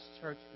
church